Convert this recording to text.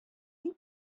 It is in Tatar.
бик